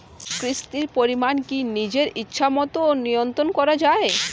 কিস্তির পরিমাণ কি নিজের ইচ্ছামত নিয়ন্ত্রণ করা যায়?